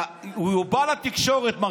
בא לתקשורת.